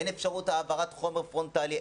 אין אפשרות העברת חומר פרונטלי,